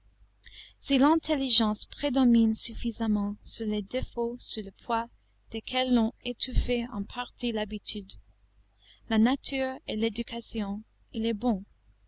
si l'intelligence prédomine suffisamment sur les défauts sous le poids desquels l'ont étouffée en partie l'habitude la nature et l'éducation il est bon